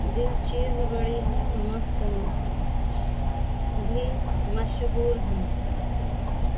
دل چیز بڑی ہے مست مست بھی مشہور ہیں